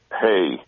hey